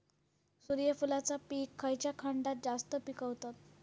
सूर्यफूलाचा पीक खयच्या खंडात जास्त पिकवतत?